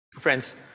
Friends